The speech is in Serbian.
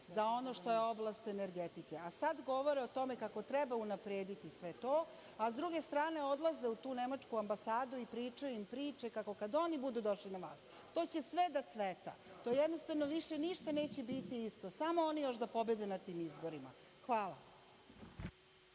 za ono što je oblast energetike, a sada govore o tome kako treba unaprediti sve to a s druge strane, odlaze u tu nemačku ambasadu i pričaju priče kako kada oni budu došli na vlast to će sve da cveta. to jednostavno više ništa neće biti isto, samo oni još da pobede na tim izborima. Hvala.